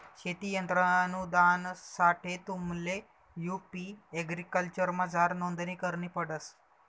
शेती यंत्र अनुदानसाठे तुम्हले यु.पी एग्रीकल्चरमझार नोंदणी करणी पडस